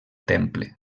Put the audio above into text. temple